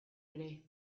ere